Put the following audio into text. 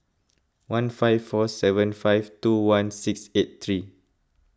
one five four seven five two one six eight three